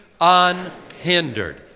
Unhindered